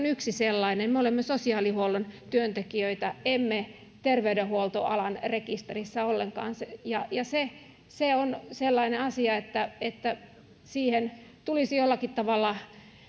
yksi sellainen me olemme sosiaalihuollon työntekijöitä emme terveydenhuoltoalan rekisterissä ollenkaan ja se se on sellainen asia että että siihen tulisi jollakin tavalla ehkäpä